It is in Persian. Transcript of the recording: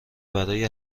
برای